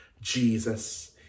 Jesus